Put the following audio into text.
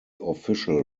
official